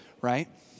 right